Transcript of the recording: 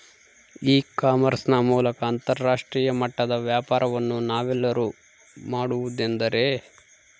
E commerce ನ ಮೂಲಕ ಅಂತರಾಷ್ಟ್ರೇಯ ಮಟ್ಟದ ವ್ಯಾಪಾರವನ್ನು ನಾವೆಲ್ಲರೂ ಮಾಡುವುದೆಂದರೆ?